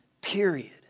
period